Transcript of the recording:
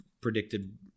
predicted